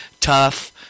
tough